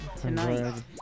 tonight